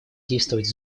действовать